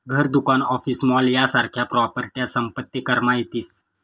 घर, दुकान, office, mall यासारख्या प्रॉपर्ट्या संपत्ती करमा येतीस